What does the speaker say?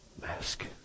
mask